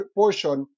portion